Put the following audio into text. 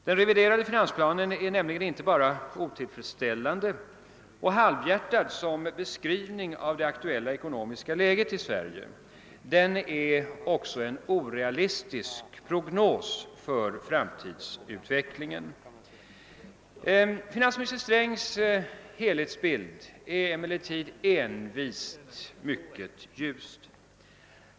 Den reviderade finansplanen är nämligen inte bara otillfredsstäl lande och halvhjärtad som beskrivning av det aktuella ekonomiska läget i Sverige — den är också en orealistisk prognos för framtidsutvecklingen. Finansminister Strängs helhetsbild är emellertid envist mycket ljus.